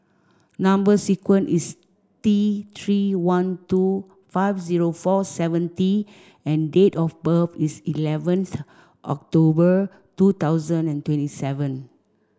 number sequence is T three one two five zero four seven T and date of birth is eleventh October two thousand and twenty seven